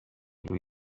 روی